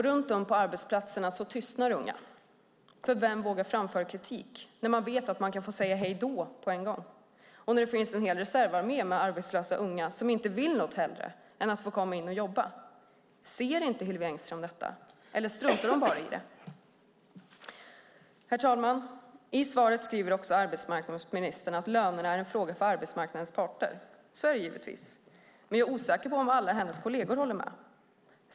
Runt om på arbetsplatserna tystnar unga, för vem vågar framföra kritik när man vet att man kan få säga hej då på en gång, och när det finns en hel reservarmé med arbetslösa unga som inte vill något hellre än att få komma in och jobba? Ser inte Hillevi Engström detta, eller struntar hon bara i det? Herr talman! I svaret skriver arbetsmarknadsministern också att lönerna är en fråga för arbetsmarknadens parter. Så är det givetvis, men jag är osäker på om alla hennes kolleger håller med.